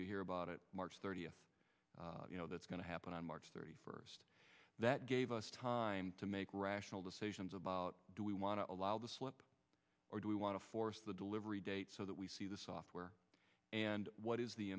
you hear about it march thirtieth you know that's going to happen on march thirty first that gave us time to make rational decisions about do we want to allow the slip or do we want to force the delivery date so that we see the software and what is the